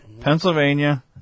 Pennsylvania